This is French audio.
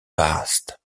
vaast